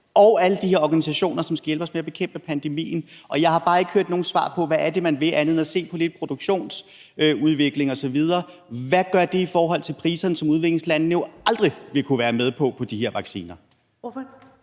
og alle de her organisationer, som skal hjælpe os med at bekæmpe pandemien. Jeg har bare ikke hørt nogen svar på, hvad det er, man vil, andet end at se på lidt produktionsudvikling osv. Hvad gør det i forhold til priserne på de her vacciner, som udviklingslandene jo aldrig vil kunne være med på? Kl. 13:52 Første